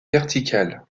verticale